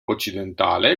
occidentale